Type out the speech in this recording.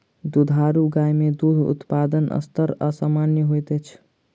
दुधारू गाय मे दूध उत्पादनक स्तर असामन्य होइत अछि